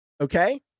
okay